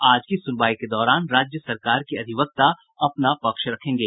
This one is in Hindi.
आज की सुनवाई के दौरान राज्य सरकार के अधिवक्ता अपना पक्ष रखेंगे